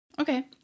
Okay